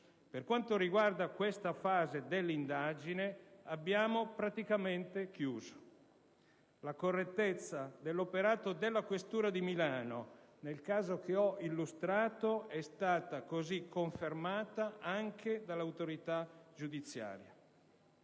Per quanto riguarda questa fase dell'indagine abbiamo praticamente chiuso». La correttezza dell'operato della questura di Milano nel caso che ho illustrato è stato così confermata anche dall'autorità giudiziaria.